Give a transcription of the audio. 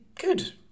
good